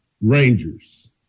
Rangers